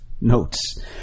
notes